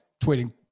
tweeting